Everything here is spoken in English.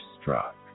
struck